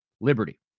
Liberty